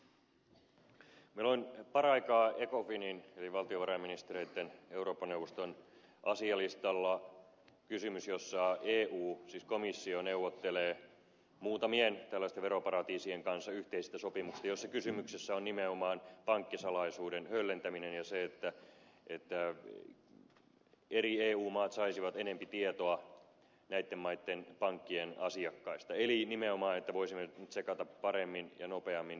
meillä on paraikaa ecofinin eli valtiovarainministereitten eurooppa neuvoston asialistalla kysymys jossa eu siis komissio neuvottelee muutamien tällaisten veroparatiisien kanssa yhteisestä sopimuksesta jossa kysymyksessä on nimenomaan pankkisalaisuuden höllentäminen ja se että eri eu maat saisivat enempi tietoa näitten maitten pankkien asiakkaista eli nimenomaan että voisimme tsekata paremmin ja nopeammin veronkiertäjiä